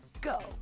go